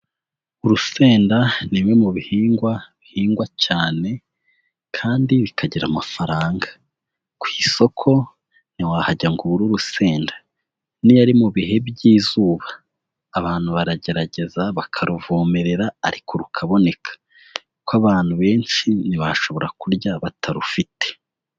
Urusenda ni bimwe mu bihingwa bihingwa cyane kandi bikagira amafaranga, ku isoko ntiwahajya ngo ubure urusenda, niyo ari mu bihe by'izuba abantu baragerageza bakaruvomerera ariko rukaboneka kuko abantu benshi ntibashobora kurya batarufite.